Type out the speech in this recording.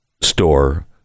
store